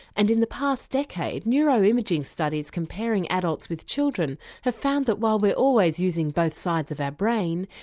and in the past decade neuro-imaging studies comparing adults with children have found that while we're always using both sides of our brain,